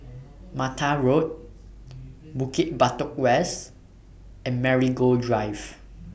Mata Road Bukit Batok West and Marigold Drive